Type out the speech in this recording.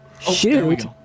Shoot